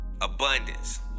Abundance